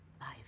Life